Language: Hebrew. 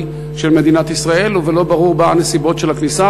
של מדינת ישראל ולא ברור מה הנסיבות של הכניסה,